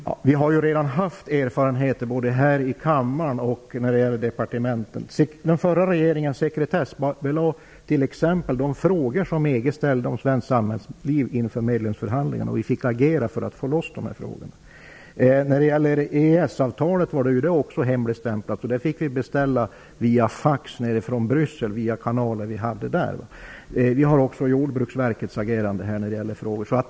Herr talman! Vi har ju redan haft erfarenheter, både här i kammaren och på departementen. Den förra regeringen sekretessbelade t.ex. de frågor som EG ställde inför medlemsförhandlingarna om svenskt samhällsliv. Och vi fick agera för att komma åt dessa frågor. EES-avtalet var ju också hemligstämplat; det fick vi beställa via fax från Bryssel genom de kanaler som vi hade där. Man kan också se på Jordbruksverkets agerande i vissa frågor.